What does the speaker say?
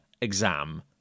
exam